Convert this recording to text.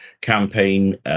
campaign